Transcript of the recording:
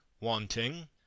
wanting